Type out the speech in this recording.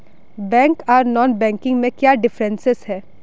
Bank आर non banking में क्याँ डिफरेंस है?